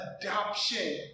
adoption